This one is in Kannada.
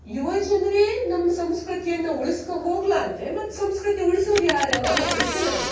ಯುವಜನರೇ ನಮ್ಮ ಸಂಸ್ಕೃತಿಯನ್ನು ಉಳಸ್ಕ ಹೋಗಲ್ಲ ಅಂದರೆ ಮತ್ತೆ ಸಂಸ್ಕೃತಿ ಉಳ್ಸೋರು ಯಾರು ಅನ್ನುವ ಪ್ರಶ್ನೆ ಬತ್ತಿದ್